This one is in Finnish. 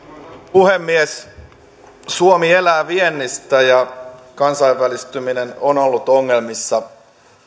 puhemies suomi elää viennistä ja kansainvälistyminen on ollut ongelmissa